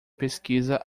pesquisa